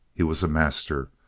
he was a master.